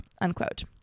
unquote